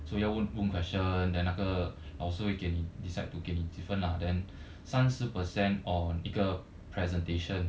so 要问 good question then 那个老师会给你 decide to 给你几分啦 then 三十 percent on 一个 presentation